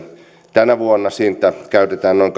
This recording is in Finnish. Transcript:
tänä vuonna siitä käytetään noin